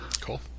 Cool